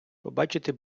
побачити